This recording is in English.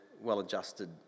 well-adjusted